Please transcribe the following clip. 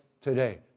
today